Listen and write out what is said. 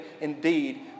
indeed